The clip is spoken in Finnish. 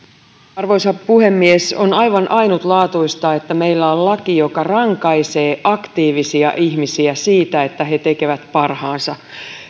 arvoisa puhemies on aivan ainutlaatuista että meillä on laki joka rankaisee aktiivisia ihmisiä siitä että he tekevät parhaansa